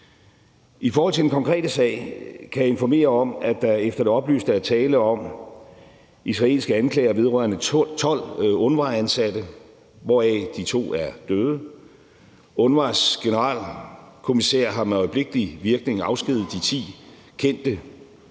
I forhold til den konkrete sag kan jeg informere om, at der efter det oplyste er tale om israelske anklager vedrørende 12 UNRWA-ansatte, hvoraf de to er døde. UNRWA's generalkommissær har med øjeblikkelig virkning afskediget de ti kendte,